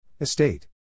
Estate